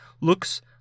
looks